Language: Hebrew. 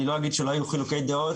אני לא אגיד שלא היו חילוקי דעות,